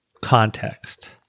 context